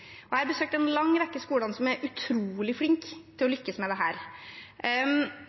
Jeg har besøkt en lang rekke skoler som er utrolig flinke til å lykkes med